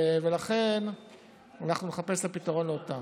לכן אנחנו נחפש לה פתרון עוד פעם.